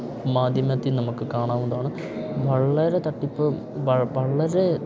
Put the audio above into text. മാധ്യമത്തിൽ നമുക്ക് കാണാവുന്നതാണ് വളരെ തട്ടിപ്പ് വ വളരെ